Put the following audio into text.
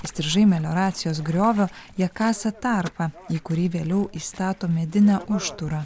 įstrižai melioracijos griovio jie kasa tarpą į kurį vėliau įstato medinę užtvarą